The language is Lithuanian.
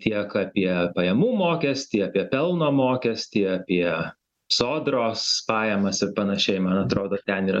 tiek apie pajamų mokestį apie pelno mokestį apie sodros pajamas ir panašiai man atrodo ten yra